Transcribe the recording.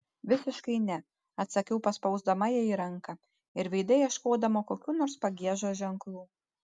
visiškai ne atsakiau paspausdama jai ranką ir veide ieškodama kokių nors pagiežos ženklų